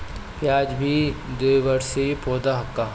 प्याज भी द्विवर्षी पौधा हअ